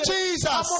Jesus